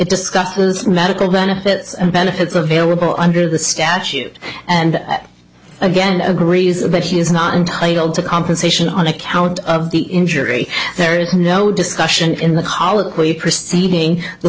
discusses medical benefits and benefits available under the statute and again agrees that he is not entitled to compensation on account of the injury there is no discussion in the